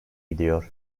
gidiyor